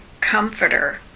comforter